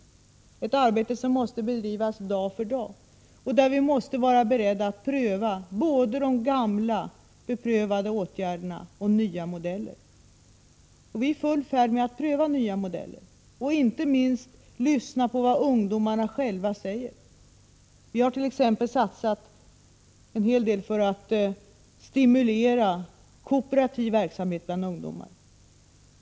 Det är ett arbete som måste bedrivas dag för dag och där vi måste vara beredda att pröva både de gamla beprövade åtgärderna och nya modeller. Vi är i full färd med att pröva nya modeller och inte minst lyssna på vad ungdomarna själva säger. Vi har t.ex. satsat en hel del för att stimulera kooperativ verksamhet bland ungdomar.